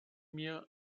mir